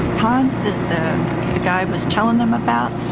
ponds that the guy was telling them about,